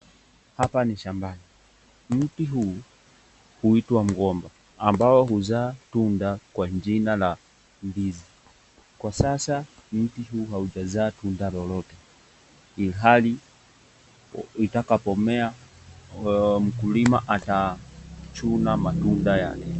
Hapa ni shambani . Mti huu huitwa mgomba ambao huzaa tunda kwa jina la ndizi . Kwa sasa mti huu haujazaa tunda lolote ilhali itakapomea mkulima atachuna matunda yake.